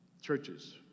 Churches